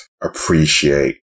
appreciate